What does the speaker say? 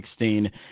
2016